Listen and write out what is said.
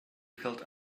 felt